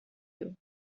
you